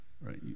right